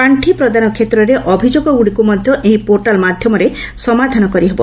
ପାଣ୍ଡି ପ୍ରଦାନ କ୍ଷେତ୍ରରେ ଅଭିଯୋଗଗୁଡ଼ିକୁ ମଧ୍ୟ ଏହି ପୋର୍ଟାଲ ମାଧ୍ୟମରେ ସମାଧାନ କରିହେବ